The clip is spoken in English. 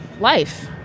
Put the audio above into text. life